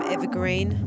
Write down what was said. Evergreen